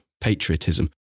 patriotism